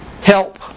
help